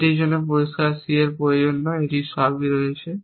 এটির জন্য পরিষ্কার c এর প্রয়োজন নেই এটি সবই রয়েছে